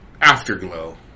Afterglow